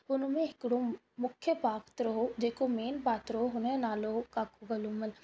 उन में हिकिड़ो मुख्य पात्र हो जेको मेन पात्र हो हुनजो नालो हो काको कल्लूमल